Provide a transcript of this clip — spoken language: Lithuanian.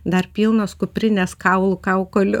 dar pilnos kuprinės kaulų kaukolių